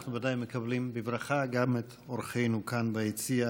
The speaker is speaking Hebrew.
אנחנו ודאי מקבלים בברכה את אורחינו כאן ביציע.